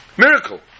Miracle